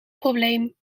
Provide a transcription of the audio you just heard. probleem